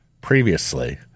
previously